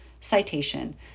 Citation